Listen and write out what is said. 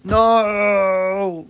no